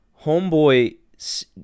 Homeboy